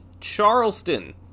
Charleston